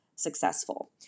successful